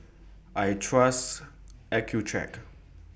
I Trust Accucheck